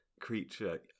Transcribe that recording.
creature